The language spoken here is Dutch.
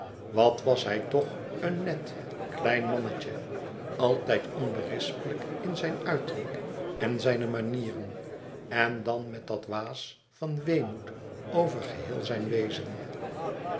wat was hij toch een net klein mannetje altijd onberispelijk in zijn uiterlijk en zijne manieren en dan met dat waas van weemoed over geheel zijn wezen